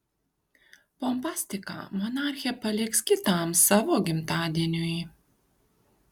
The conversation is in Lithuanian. pompastiką monarchė paliks kitam savo gimtadieniui